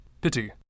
Pity